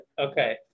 Okay